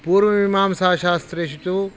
पूर्वमीमांसाशास्त्रेषु तु